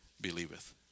believeth